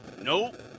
nope